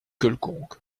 quelconque